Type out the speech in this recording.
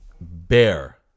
bear